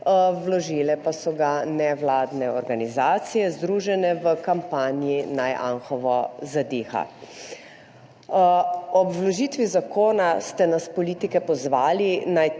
Vložile pa so ga nevladne organizacije, združene v kampanji Naj Anhovo zadiha! Ob vložitvi zakona ste nas politike pozvali,